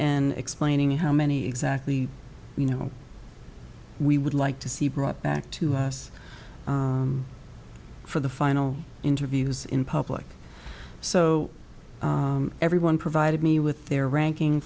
and explaining how many exactly you know we would like to see brought back to us for the final interviews in public so everyone provided me with their ranking